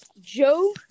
Joe